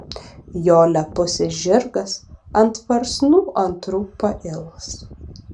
jo lepusis žirgas ant varsnų antrų pails